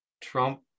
Trump